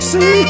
See